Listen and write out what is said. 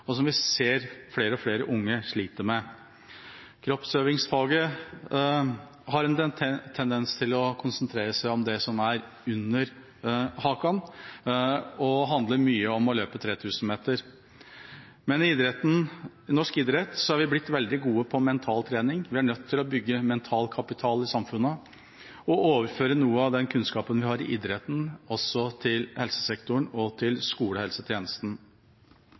vi ser flere og flere unge sliter med. Kroppsøvingsfaget har en tendens til å konsentrere seg om det som er under haka, og handler mye om å løpe 3 000 meter. I norsk idrett er vi blitt veldig gode på mental trening. Vi er nødt til å bygge mental kapital i samfunnet og til å overføre noe av den kunnskapen vi har i idretten, også til helsesektoren og til skolehelsetjenesten.